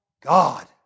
God